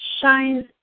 shines